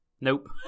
Nope